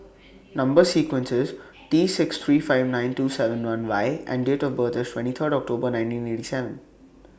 Number sequence IS T six three five nine two seven one Y and Date of birth IS twenty Third October nineteen eighty seven